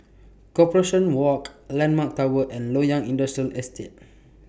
Corporation Walk Landmark Tower and Loyang Industrial Estate